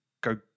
go